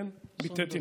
כן, ביטאתי